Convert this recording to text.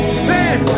stand